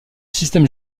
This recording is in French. système